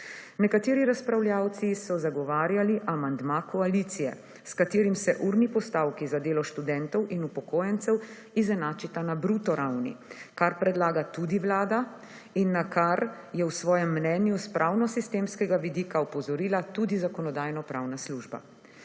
Nekateri razpravljavci so zagovarjali amandma koalicije, s katerim se urni postavki za delo študentov in upokojencev izenačita na bruto ravni, kar predlaga tudi Vlada in na kar je v svojem mnenju s pravnosistemskega vidika opozorila tudi Zakonodajno-pravna služba.